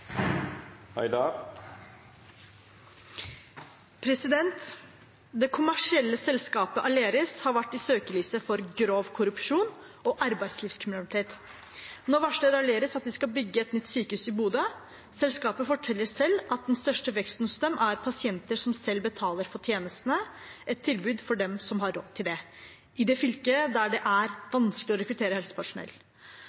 arbeidslivskriminalitet. Nå varsler Aleris at de skal bygge et nytt sykehus i Bodø. Selskapet forteller selv at den største veksten hos dem er pasienter som selv betaler for tjenestene – et tilbud for dem som har råd til det, i det fylket der det er